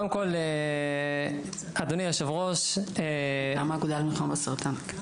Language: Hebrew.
ואני מרצה גם מטעם האגודה למלחמה בסרטן.